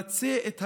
נמצה את האפשרויות.